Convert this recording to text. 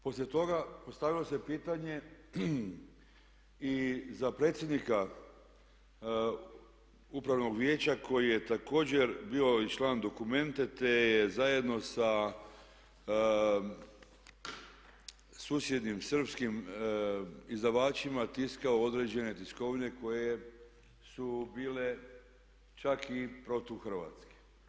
Poslije toga postavilo se pitanje i za predsjednika upravnog vijeća koji je također bio i član Documente te je zajedno sa susjednim srpskim izdavačima tiskao određene tiskovnije koje su bile čak i protuhrvatske.